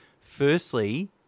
firstly